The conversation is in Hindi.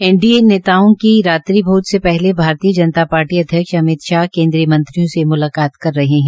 एनडीए नेताओं की आज रात्रि भोज से पहले भारतीय जनता पार्टी अध्यक्ष अमित शाह केन्द्रीय मंत्रियों से मुलाकात कर रहे है